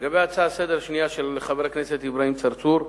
לגבי ההצעה לסדר-היום השנייה של חבר הכנסת אברהים צרצור,